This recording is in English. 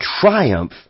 triumph